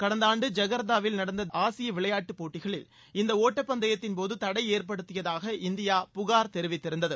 கடந்த ஆண்டு ஜகார்த்தாவில் நடந்த ஆசிய விளையாட்டுப் போட்டிகளில் இந்த ஒட்டப்பந்தயத்தின் போது தடை ஏற்படுத்தியதாக இந்தியா புகார் தெரிவித்திருந்தது